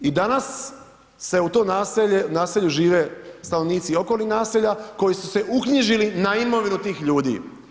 I danas se u to naselje, naselju žive stanovnici okolnih naselja koji su se uknjižili na imovinu tih ljudi.